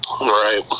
right